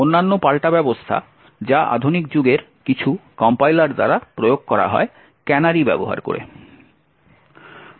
এবং অন্যান্য পাল্টা ব্যবস্থা যা আধুনিক যুগের কিছু কম্পাইলার দ্বারা প্রয়োগ করা হয় ক্যানারি ব্যবহার করে